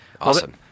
Awesome